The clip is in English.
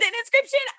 inscription